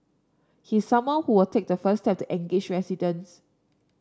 he is someone who will take the first step to engage residents